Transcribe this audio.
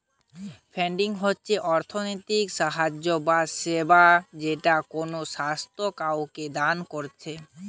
funding হচ্ছে অর্থনৈতিক সাহায্য বা সেবা যেটা কোনো সংস্থা কাওকে দান কোরছে